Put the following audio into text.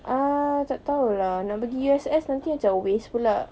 ah tak tahu lah nak pergi U_S_S nanti macam waste pula